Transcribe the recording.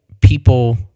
people